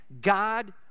God